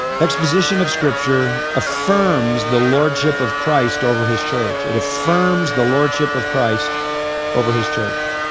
exposition of scripture affirms the lordship of christ over his church. it affirms the lordship of christ over his church.